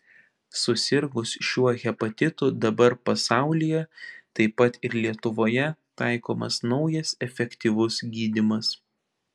susirgus šiuo hepatitu dabar pasaulyje taip pat ir lietuvoje taikomas naujas efektyvus gydymas